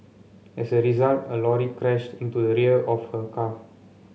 as a result a lorry crashed into the rear of her car